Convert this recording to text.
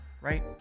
right